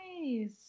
nice